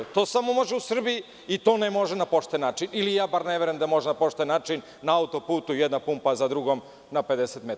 To samo može u Srbiji i to ne može na pošten način ili ja bar ne verujem da može na pošten način na autoputu jedna pumpa za drugom na 50 metara.